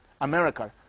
America